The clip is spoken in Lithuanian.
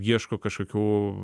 ieško kažkokių